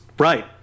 Right